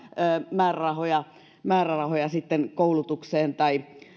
määrärahoja määrärahoja koulutukseen tai